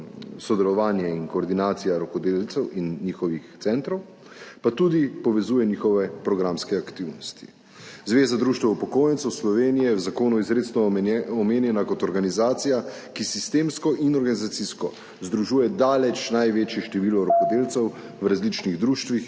sodelovanje in koordinacija rokodelcev in njihovih centrov, pa tudi povezuje njihove programske aktivnosti. Zveza društev upokojencev Slovenije je v zakonu izrecno omenjena kot organizacija, ki sistemsko in organizacijsko združuje daleč največje število rokodelcev v različnih društvih